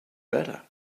better